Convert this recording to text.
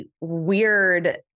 weird